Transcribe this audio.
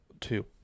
Two